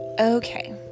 Okay